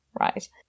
right